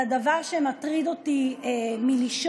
על הדבר שמטריד אותי מלישון.